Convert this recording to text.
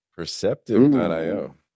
Perceptive.io